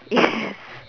yes